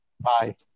Bye